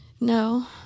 No